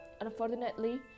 unfortunately